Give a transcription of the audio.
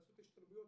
לעשות השתלמויות.